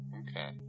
Okay